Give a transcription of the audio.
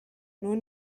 nur